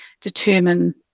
determine